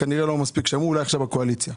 ואולי עכשיו ישמעו בקואליציה.